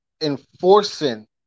enforcing